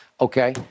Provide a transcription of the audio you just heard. Okay